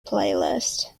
playlist